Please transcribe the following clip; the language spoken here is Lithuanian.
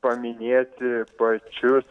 paminėti pačius